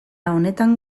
honetan